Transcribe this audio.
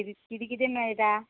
किदें किदें किदें मेळटा